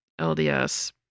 LDS